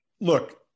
Look